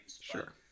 Sure